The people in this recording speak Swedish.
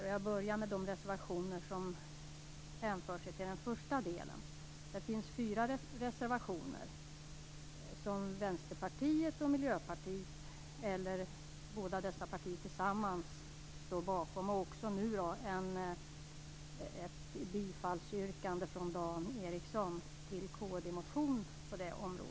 Jag börjar med att kommentera de reservationer som är att hänföra till den första delen. Det finns fyra reservationer som Vänsterpartiet eller Miljöpartiet, eller dessa båda partier tillsammans, står bakom. Dessutom finns det ett yrkande om bifall till kristdemokraternas motion på detta område.